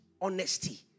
honesty